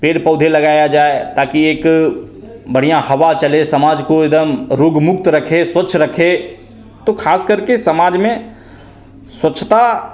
पेड़ पौधे लगाया जाए ताकि एक बढ़िया हवा चले समाज को एकदम रोग मुक्त रखे स्वच्छ रखे तो खासकर के समाज में स्वच्छता